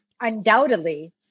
undoubtedly